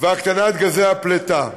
והקטנת גזי הפליטה.